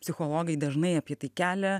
psichologai dažnai apie tai kelia